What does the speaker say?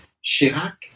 Chirac